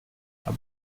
aber